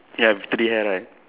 ya with three hair right